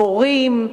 מורים,